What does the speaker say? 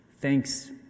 Thanks